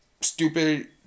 stupid